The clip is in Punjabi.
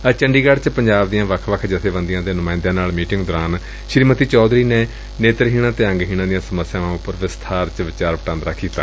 ਅੱਜ ਚੰਡੀਗੜ੍ ਚ ਪੰਜਾਬ ਦੀਆਂ ਵੱਖ ਜਬੇਬੰਦੀਆਂ ਦੇ ਨੁਮਾਇੰਦਿਆਂ ਨਾਲ ਮੀਟਿੰਗ ਦੌਰਾਨ ਸ੍ਰੀਮਤੀ ਚੌਧਰੀ ਨੇ ਨੇਤਰਹੀਣਾਂ ਅਤੇ ਅੰਗਹੀਣਾਂ ਦੀਆਂ ਸਮੱਸਿਆਵਾਂ ਉਪਰ ਵਿਸਬਾਰ ਚ ਵਿਚਾਰ ਵਟਾਂਦਰਾ ਕੀਤਾ